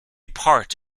part